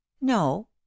no